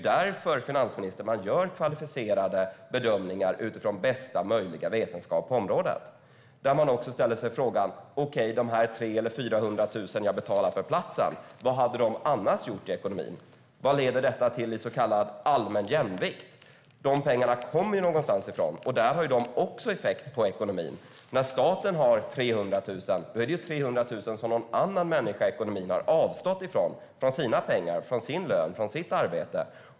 Men, finansministern, man måste göra kvalificerade bedömningar utifrån bästa möjliga vetenskap på området och fråga sig: Vad hade de 300 000 eller 400 000 jag betalar för platsen annars gjort i ekonomin? Vad leder detta till i så kallad allmän jämvikt? Dessa pengar kommer någonstans ifrån, och där har de också effekt på ekonomin. När staten har 300 000 är det 300 000 som någon annan människa i ekonomin har avstått från av sina pengar, sin lön eller sitt arbete.